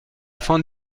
fin